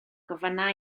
gofynna